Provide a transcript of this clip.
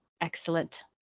excellent